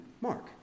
mark